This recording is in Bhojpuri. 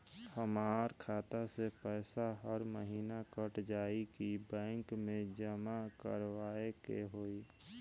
हमार खाता से पैसा हर महीना कट जायी की बैंक मे जमा करवाए के होई?